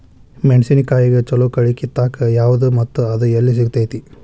ಮೆಣಸಿನಕಾಯಿಗ ಛಲೋ ಕಳಿ ಕಿತ್ತಾಕ್ ಯಾವ್ದು ಮತ್ತ ಅದ ಎಲ್ಲಿ ಸಿಗ್ತೆತಿ?